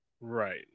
Right